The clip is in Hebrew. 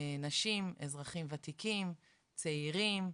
נשים, אזרחים ותיקים, צעירים,